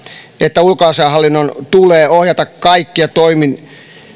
että ulkoasiainhallinnon tulee ohjata kaikkia